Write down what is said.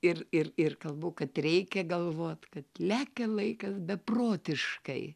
ir ir ir kalbu kad reikia galvot kad lekia laikas beprotiškai